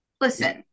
Listen